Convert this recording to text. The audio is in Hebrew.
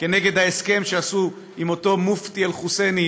נגד ההסכם שעשו עם אותו מופתי אל-חוסייני,